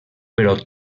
però